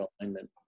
alignment